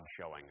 showing